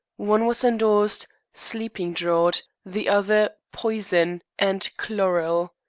one was endorsed sleeping-draught, the other poison, and chloral.